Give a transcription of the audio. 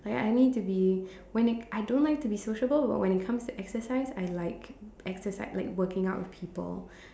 I I need to be why like I don't like to be sociable but when it comes to exercise I like exercise working out with people